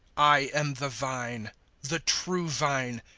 i am the vine the true vine,